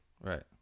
Right